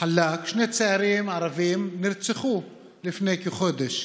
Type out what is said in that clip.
שני צעירים ערבים נרצחו לפני כחודש.